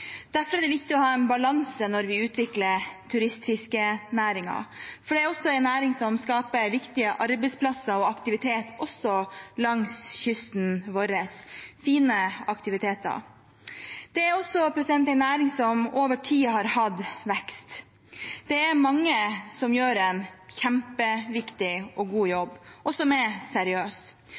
Derfor er det viktig å ha en balanse når vi utvikler turistfiskenæringen, for det er en næring som skaper viktige arbeidsplasser og aktivitet langs kysten vår – fine aktiviteter. Det er også en næring som over tid har hatt vekst. Det er mange som gjør en kjempeviktig og god jobb, og som er